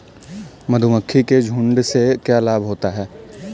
मधुमक्खी के झुंड से क्या लाभ होता है?